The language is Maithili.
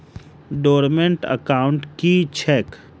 डोर्मेंट एकाउंट की छैक?